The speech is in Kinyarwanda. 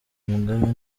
mugabe